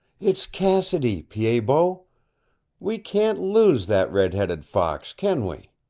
it's cassidy, pied-bot! we can't lose that redheaded fox, can we?